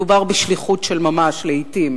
מדובר בשליחות של ממש לעתים